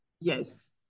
yes